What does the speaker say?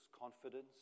Confidence